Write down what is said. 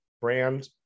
brand